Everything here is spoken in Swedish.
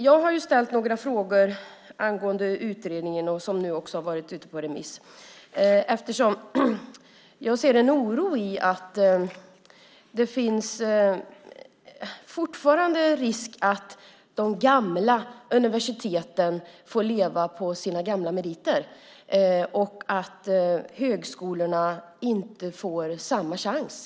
Jag har ställt några frågor angående utredningen som nu också har varit ute på remiss, eftersom jag ser en oro i att det fortfarande finns en risk att de gamla universiteten får leva på sina gamla meriter och att högskolorna inte får samma chans.